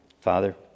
Father